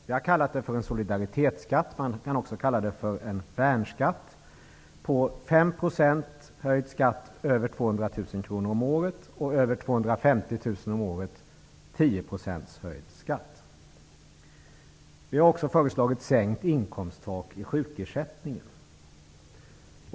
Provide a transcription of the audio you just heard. Vi har kallat det en solidaritetsskatt, och man kan också kalla det en värnskatt. Skattehöjningen skulle vara 5 % på inkomster över 200 000 kr om året och 10 % på inkomster över 250 000 kr om året. Vi har också föreslagit ett sänkt inkomsttak i sjukersättningen.